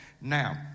now